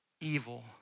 evil